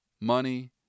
money